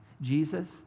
Jesus